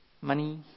money